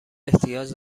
احتیاج